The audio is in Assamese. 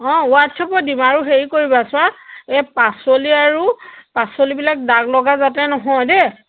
অঁ হোৱাটছআপত দিম আৰু হেৰি কৰিবা চোৱা এই পাচলি আৰু পাচলিবিলাক দাগ লগা যাতে নহয় দেই